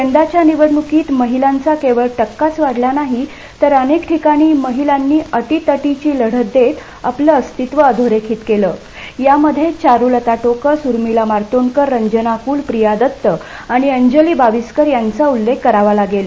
यदाच्या निवडणुकीत महीलांचा केवळ टक्काच वाढला नाही तर अनेक ठिकाणी महीलांनी अटीतटीची लढत देत आपलं अस्तित्व अधोरेखीत केलं यामध्ये चारुलता टोकस अर्मिला मार्तोंडकर कांचन कुल प्रया दत्त आणि अंजली यांचा उल्लेख करावा लागेल